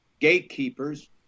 gatekeepers